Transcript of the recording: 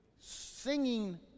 singing